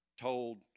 told